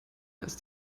ist